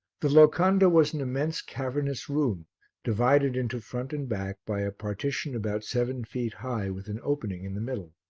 the locanda was an immense, cavernous room divided into front and back by a partition about seven feet high with an opening in the middle.